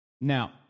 Now